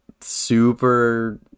super